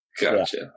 Gotcha